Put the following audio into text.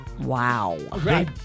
Wow